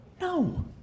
No